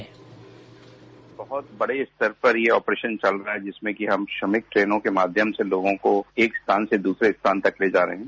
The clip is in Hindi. साउंड बाईट बहुत बड़े स्तर पर यह ऑपरेशन चल रहा है जिसमें कि हम श्रमिक ट्रेनों के माध्यम से लोगों को एक स्थान से दूसरे स्थान तक ले जा रहे हैं